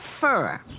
fur